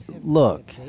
look